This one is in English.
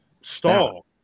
stall